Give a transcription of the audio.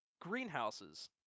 greenhouses